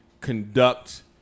conduct